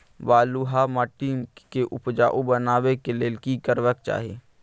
बालुहा माटी के उपजाउ बनाबै के लेल की करबा के चाही?